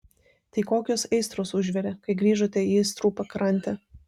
tai kokios aistros užvirė kai grįžote į aistrų pakrantę